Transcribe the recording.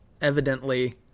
Evidently